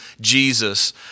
Jesus